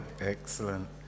Excellent